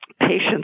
patients